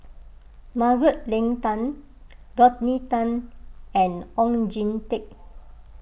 Margaret Leng Tan Rodney Tan and Oon Jin Teik